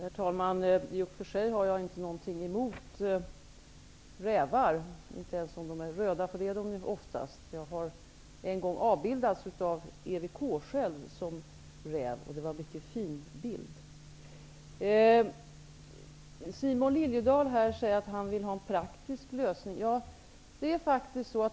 Fru talman! I och för sig har jag ingenting emot rävar, inte ens om de är röda, för det är de ju oftast. Jag har en gång själv avbildats av EWK som räv. Det var en mycket fin bild. Simon Liliedahl säger att han vill ha en praktisk lösning.